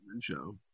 show